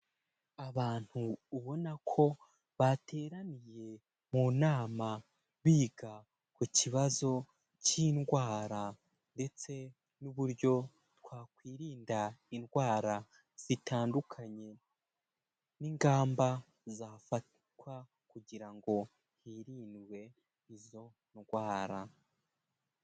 Abantu ubona ko bateraniye mu nama biga ku kibazo cy'indwara ndetse n'uburyo twakwirinda indwara zitandukanye n'ingamba zafatwa kugira ngo hirindwe izo ndwara.